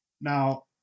now